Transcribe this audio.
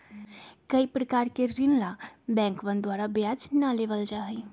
कई प्रकार के ऋण ला बैंकवन द्वारा ब्याज ना लेबल जाहई